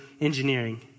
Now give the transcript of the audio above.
engineering